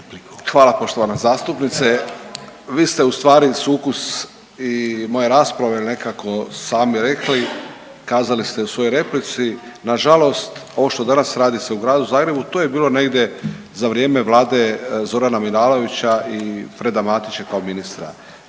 Hvala poštovana zastupnice, vi ste ustvari sukus i moje rasprave ili nekako sami rekli, kazali ste u svojoj replici, nažalost ovo što danas radi se u Gradu Zagrebu to je bilo negdje za vrijeme Vlade Zorana Milanovića i Freda Matića kao ministra.